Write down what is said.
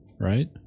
right